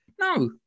no